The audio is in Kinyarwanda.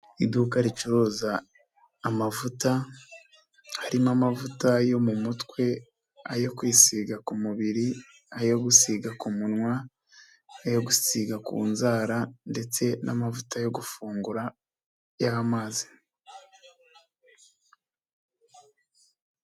Iduka ricuruza amavuta, harimo amavuta yo mu mutwe, ayo kwisiga ku mubiri, ayo gusiga ku munwa, ayo gusiga ku nzara ndetse n'amavuta yo gufungura y'amazi.